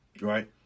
Right